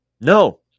no